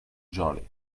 jolly